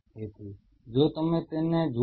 તેથી જો તમે તેને જુઓ